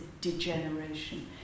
degeneration